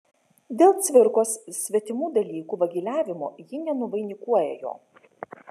dėl cvirkos svetimų dalykų vagiliavimo ji nenuvainikuoja jo